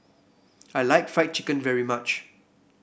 I like Fried Chicken very much